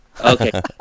okay